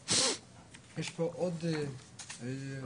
כן, היינו.